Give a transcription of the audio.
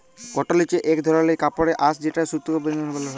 কটল হছে ইক ধরলের কাপড়ের আঁশ যেট সুতা থ্যাকে বালাল হ্যয়